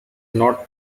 not